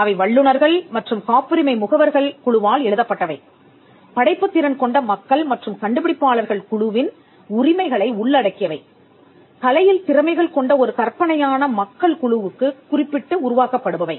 அவை வல்லுநர்கள் மற்றும் காப்புரிமை முகவர்கள் குழுவால் எழுதப்பட்டவை படைப்புத் திறன் கொண்ட மக்கள் மற்றும் கண்டுபிடிப்பாளர்கள் குழுவின் உரிமைகளை உள்ளடக்கியவை கலையில் திறமைகள் கொண்ட ஒரு கற்பனையான மக்கள் குழுவுக்குக் குறிப்பிட்டு உருவாக்கப்படுபவை